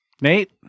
Nate